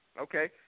Okay